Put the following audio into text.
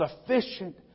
sufficient